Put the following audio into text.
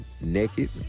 Naked